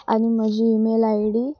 आनी म्हजी email I D